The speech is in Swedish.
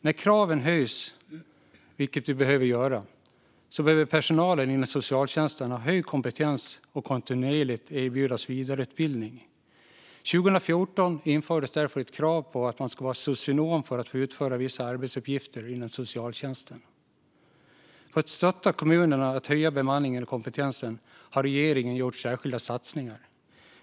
När vi höjer kraven, vilket vi behöver göra, behöver personalen inom socialtjänsten ha hög kompetens och kontinuerligt erbjudas vidareutbildning. År 2014 infördes därför ett krav på att man skulle vara socionom för att få utföra vissa arbetsuppgifter inom socialtjänsten. För att stötta kommunerna att höja bemanningen och kompetensen har regeringen har gjort särskilda satsningar.